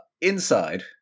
inside